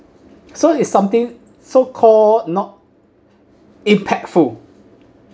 so is something so call not impactful